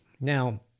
Now